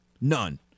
none